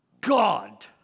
God